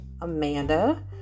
Amanda